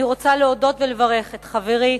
אני רוצה להודות ולברך את חברי,